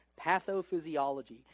pathophysiology